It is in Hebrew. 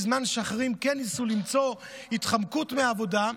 בזמן שאחרים כן ניסו למצוא התחמקות מהעבודה,